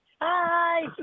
Hi